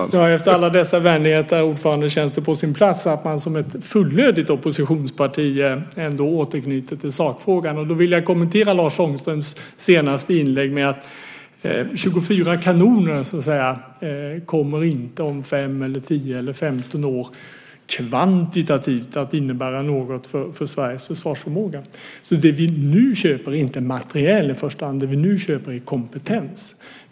Herr talman! Efter alla dessa vänligheter känns det på sin plats att som ett fullödigt oppositionsparti återknyta till sakfrågan. Då vill jag kommentera Lars Ångströms senaste inlägg med att 24 kanoner kommer inte om 5, 10 eller 15 år att kvantitativt innebära något för Sveriges försvarsförmåga. Det vi nu köper är inte materiel i första hand. Det vi nu köper är kompetens.